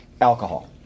alcohol